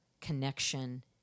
connection